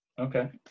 Okay